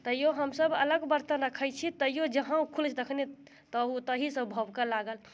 तैयौ हम हम सभ अलग बर्तन रखैत छी तैयौ जहाँ ओ खुलैत छै तखने तहु ताहि से भभकऽ लागल